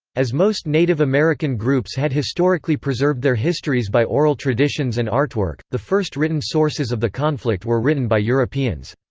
as most native american groups had historically preserved their histories by oral traditions and artwork, the first written sources of the conflict were written by europeans.